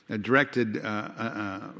directed